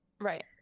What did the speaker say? right